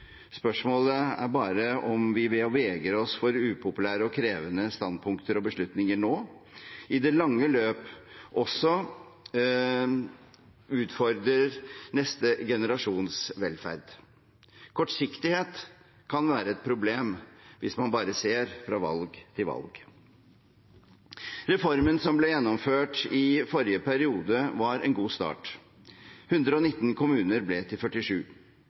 spørsmålet er bare om vi ved å vegre oss for upopulære og krevende standpunkter og beslutninger nå i det lange løp også utfordrer neste generasjons velferd. Kortsiktighet kan være et problem hvis man bare ser fra valg til valg. Reformen som ble gjennomført i forrige periode, var en god start. 119 kommuner ble til 47.